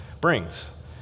brings